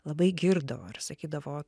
labai girdavo ar sakydavo